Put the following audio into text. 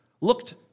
looked